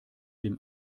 dem